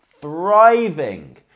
Thriving